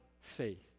faith